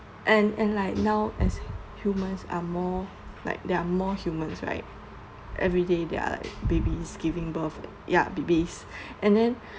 when and and like now as a human are more like they're more humans right everyday there are babies giving birth ya babies and then